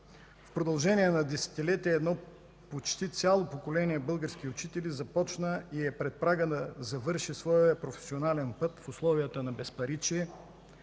В продължение на десетилетия едно почти цяло поколение български учители започна и е пред прага да завърши своя професионален път в условията на безпаричие,